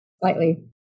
slightly